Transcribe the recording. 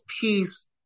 peace